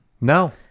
No